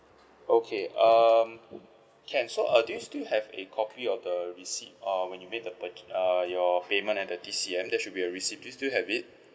okay um can so uh do you still have a copy of the receipt uh when you made the pur~ uh your payment at the T_C_M there should be a receipt do you still have it